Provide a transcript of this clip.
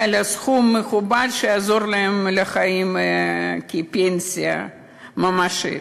לסכום מכובד שיעזור להם לחיים כפנסיה ממשית.